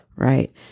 right